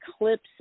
eclipse